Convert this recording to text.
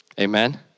Amen